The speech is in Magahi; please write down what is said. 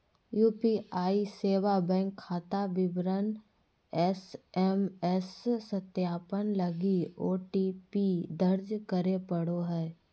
यू.पी.आई सेवा बैंक खाता विवरण एस.एम.एस सत्यापन लगी ओ.टी.पी दर्ज करे पड़ो हइ